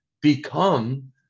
become